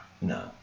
No